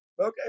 okay